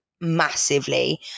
massively